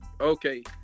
Okay